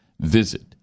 visit